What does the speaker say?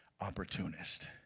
opportunist